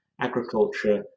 agriculture